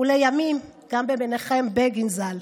ולימים גם במנחם בגין ז"ל.